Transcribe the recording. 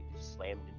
slammed